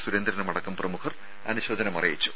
സുരേന്ദ്രനുമടക്കം പ്രമുഖർ അനുശോചനം അറിയിച്ചു